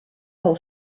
whole